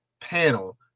panel